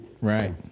Right